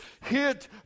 hit